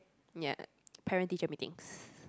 ya Parents Teacher Meetings